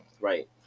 right